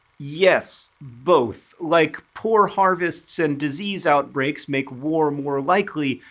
yes. both. like, poor harvests and disease outbreaks make war more likely,